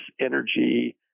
energy